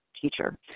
teacher